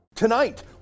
Tonight